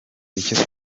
icyo